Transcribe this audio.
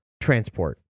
transport